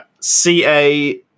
ca